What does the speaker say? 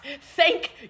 Thank